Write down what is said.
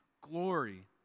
Glory